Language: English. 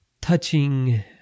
touching